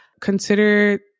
consider